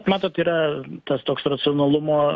matot yra tas toks racionalumo